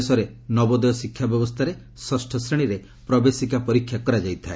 ଦେଶରେ ନବୋଦୟ ଶିକ୍ଷା ବ୍ୟବସ୍ଥାରେ ଷଷ୍ଠ ଶ୍ରେଣୀରେ ପ୍ରବେଶିକା ପରୀକ୍ଷା କରାଯାଏ